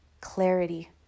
clarity